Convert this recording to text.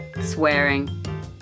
Swearing